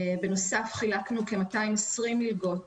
בנוסף, חילקנו 220 מלגות